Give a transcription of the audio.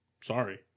Sorry